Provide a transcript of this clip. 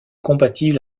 compatible